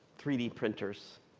three d printers.